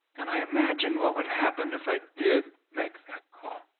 and i imagined what would happen if i did make that call.